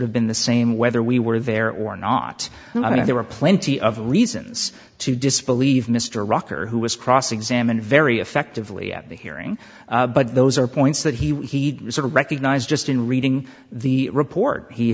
have been the same whether we were there or not and i don't know there were plenty of reasons to disbelieve mr rocker who was cross examined very effectively at the hearing but those are points that he'd sort of recognize just in reading the report he